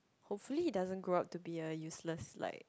hopefully he doesn't grow up to be a useless like